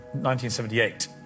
1978